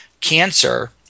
cancer –